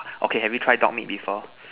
okay have you try dog meat before